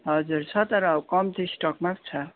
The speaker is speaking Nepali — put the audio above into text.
हजुर छ तर कम्ती स्टकमा छ